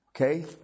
Okay